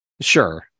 sure